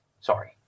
Sorry